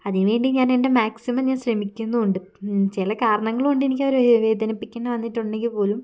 അതിനുവേണ്ടി ഞാൻ എൻ്റെ മാക്സിമം ഞാൻ ശ്രമിക്കുന്നും ഉണ്ട് ചില കാരണങ്ങൾ കൊണ്ട് എനിക്ക് അവരെ വേദനിപ്പിക്കേണ്ടി വന്നിട്ടുണ്ടെങ്കിൽ പോലും